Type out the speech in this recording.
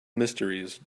mysteries